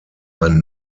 ein